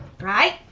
Right